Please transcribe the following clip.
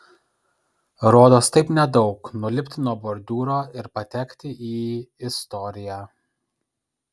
rodos taip nedaug nulipti nuo bordiūro ir patekti į istoriją